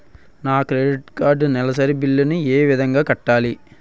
నా credit card నెలసరి bill ని ఏ విధంగా కట్టాలి?